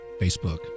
facebook